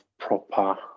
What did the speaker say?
proper